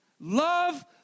Love